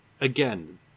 again